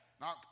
Now